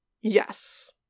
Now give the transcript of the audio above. Yes